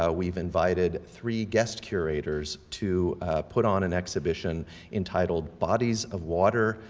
ah we've invited three guest curators to put on an exhibition entitled bodies of water,